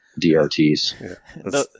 DRTs